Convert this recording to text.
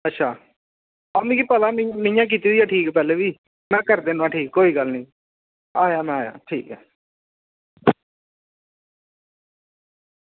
अच्छा मिगी पता में गै कीती ठीक पैह्लें दी में करी दिन्ना ठीक कोई गल्ल निं आया में आया ठीक ऐ